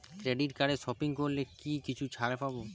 Credit কার্ডে shopping করলে কি কিছু ছাড় পাব?